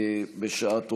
בשעה טובה.